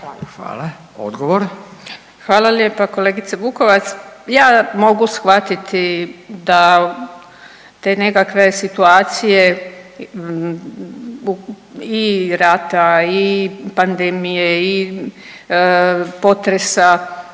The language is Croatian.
suverenisti)** Hvala lijepa kolegice Vukovac. Ja mogu shvatiti da te nekakve situacije i rata i pandemije i potresa